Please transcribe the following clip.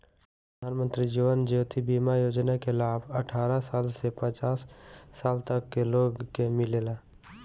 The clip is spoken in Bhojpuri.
प्रधानमंत्री जीवन ज्योति बीमा योजना के लाभ अठारह साल से पचास साल तक के लोग के मिलेला